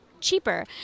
cheaper